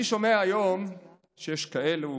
אני שומע היום שיש כאלה,